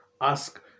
ask